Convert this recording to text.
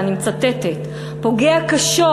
ואני מצטטת: "פוגע קשות"